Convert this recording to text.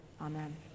Amen